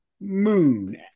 moon